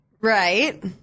Right